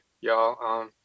y'all